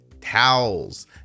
towels